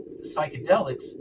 psychedelics